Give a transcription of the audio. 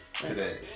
Today